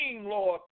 Lord